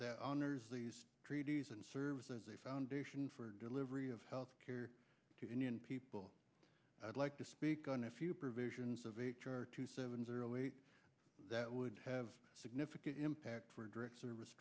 that honors these treaties and serves as a foundation for delivery of health care to indian people i'd like to speak on a few provisions of h r two seven zero eight that would have significant impact for a direct service